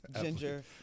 ginger